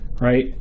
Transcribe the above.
right